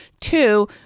two